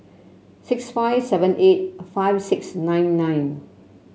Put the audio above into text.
six five seven eight five six nine nine